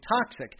toxic